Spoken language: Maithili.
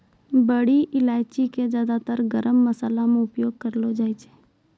बड़ी इलायची कॅ ज्यादातर गरम मशाला मॅ उपयोग करलो जाय छै